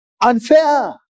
unfair